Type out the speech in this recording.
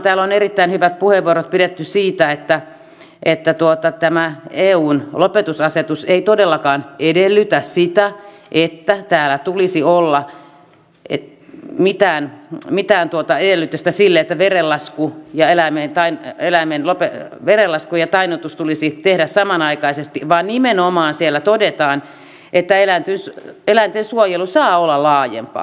täällä on erittäin hyvät puheenvuorot pidetty siitä että tämä eun lopetusasetus ei todellakaan edellytä sitä että täällä tulisi olla mitään edellytystä sille että vedenlasku ja eläimen tai eläimen lopetti verenlasku ja tainnutus tulisi tehdä samanaikaisesti vaan nimenomaan siellä todetaan että eläintensuojelu saa olla laajempaa